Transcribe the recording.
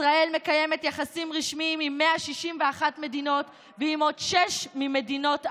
ישראל מקיימת יחסים רשמיים עם 161 מדינות ועם עוד שש ממדינות ערב.